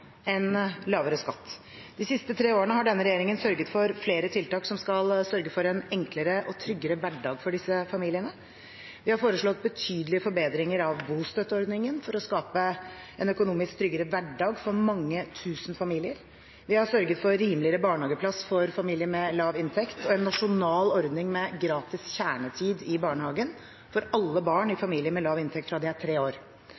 enn lavere skatt. De siste tre årene har denne regjeringen sørget for flere tiltak som skal sørge for en enklere og tryggere hverdag for disse familiene. Vi har foreslått betydelige forbedringer av bostøtteordningen for å skape en økonomisk tryggere hverdag for mange tusen familier. Vi har sørget for rimeligere barnehageplass for familier med lav inntekt og en nasjonal ordning med gratis kjernetid i barnehagen for alle barn – i familier med lav inntekt – fra de er tre år.